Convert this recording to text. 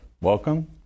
welcome